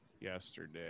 yesterday